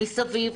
מסביב,